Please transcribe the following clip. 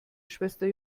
schwester